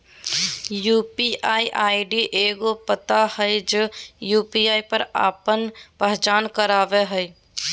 UPI ID एगो पता हइ जे यू.पी.आई पर आपन पहचान करावो हइ